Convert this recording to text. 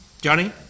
Johnny